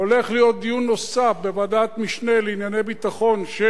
הולך להיות דיון נוסף בוועדת המשנה לענייני ביטחון של